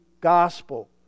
gospel